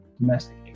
domestic